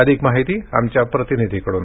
अधिक माहिती आमच्या प्रतिनिधीकडून